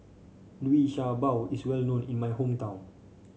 Liu Sha Bao is well known in my hometown